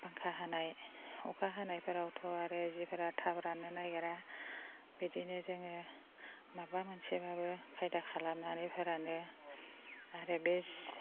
बांखा हानाय अखा हानायफोरावथ' आरो जिफोरा थाब राननो नागिरा बिदिनो जोङो माबा मोनसेब्लाबो खायदा खालामनानै फोरानो आरो बे